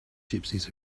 gypsies